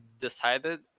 decided